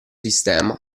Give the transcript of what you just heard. sistema